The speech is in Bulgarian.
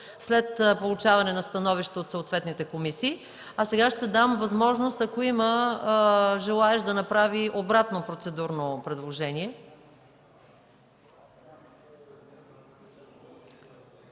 след получаване на становища от съответните комисии. А сега ще дам възможност, ако има желаещ, да направи обратно процедурно предложение.